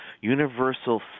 universal